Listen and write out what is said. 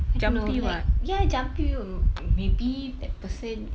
no like ya jampi maybe that person